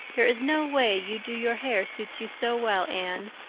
there is no way you do your hair suits you so well, anne,